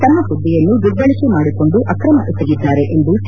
ತಮ್ನ ಪುದ್ಧೆಯನ್ನು ದುರ್ಬಳಕೆ ಮಾಡಿಕೊಂಡು ಅಕ್ರಮ ಎಸಗಿದ್ದಾರೆ ಎಂದು ಸಿ